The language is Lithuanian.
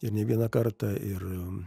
ir ne vieną kartą ir